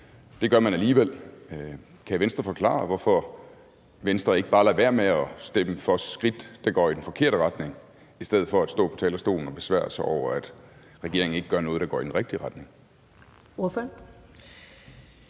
Det gør man alligevel. Kan Venstre forklare, hvorfor Venstre ikke bare lader være med at stemme for skridt, der går i den forkerte retning, i stedet for at stå på talerstolen og besvære sig over, at regeringen ikke gør noget, der går i den rigtige retning?